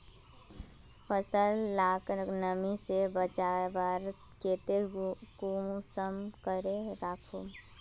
फसल लाक नमी से बचवार केते कुंसम करे राखुम?